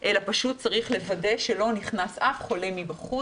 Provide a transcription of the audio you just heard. אלא פשוט צריך לוודא שלא נכנס אף חולה מבחוץ,